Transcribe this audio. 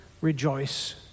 rejoice